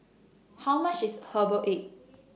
How much IS Herbal Egg